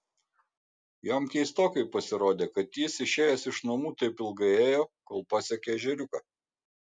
jam keistokai pasirodė kad jis išėjęs iš namų taip ilgai ėjo kol pasiekė ežeriuką